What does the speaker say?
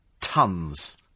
tons